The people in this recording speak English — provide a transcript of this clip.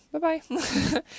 Bye-bye